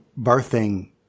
birthing